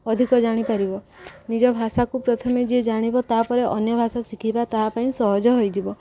ଅଧିକ ଜାଣିପାରିବ ନିଜ ଭାଷାକୁ ପ୍ରଥମେ ଯିଏ ଜାଣିବ ତାପରେ ଅନ୍ୟ ଭାଷା ଶିଖିବା ତା' ପାଇଁ ସହଜ ହୋଇଯିବ